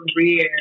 career